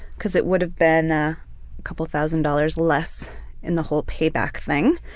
cause it would have been a couple thousand dollars less in the whole payback thing.